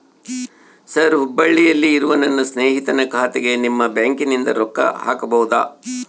Sir ಹುಬ್ಬಳ್ಳಿಯಲ್ಲಿ ಇರುವ ನನ್ನ ಸ್ನೇಹಿತನ ಖಾತೆಗೆ ನಿಮ್ಮ ಬ್ಯಾಂಕಿನಿಂದ ರೊಕ್ಕ ಹಾಕಬಹುದಾ?